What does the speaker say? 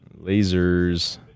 Lasers